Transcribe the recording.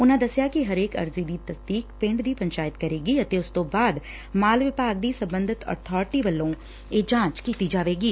ਉਨੂਾ ਦਸਿਆ ਕਿ ਹਰੇਕ ਅਰਜ਼ੀ ਦੀ ਤਸਦੀਕ ਪਿੰਡ ਦੀ ਪੰਚਾਇਤ ਕਰੇਗੀ ਅਤੇ ਉਸ ਤੋਂ ਬਾਅਦ ਮਾਲ ਵਿਭਾਗ ਦੀ ਸਬੰਧਤ ਅਬਾਰਟੀ ਵੱਲੋਂ ਕੀਤੀ ਜਾਏਗੀ